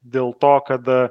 dėl to kada